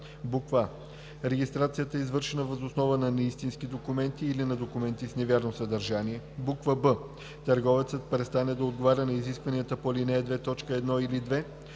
а) регистрацията е извършена въз основа на неистински документи или на документи с невярно съдържание; б) търговецът престане да отговаря на изискванията по ал. 2, т. 1 или 2;